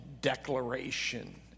declaration